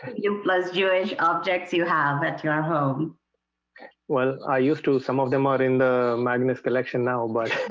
and you plus jewish objects. you have at your home well, i used to some of them are in the magnus collection now, but